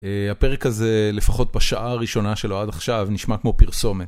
הפרק הזה, לפחות בשעה הראשונה שלו עד עכשיו, נשמע כמו פרסומת.